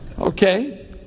Okay